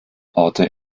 orte